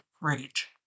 rage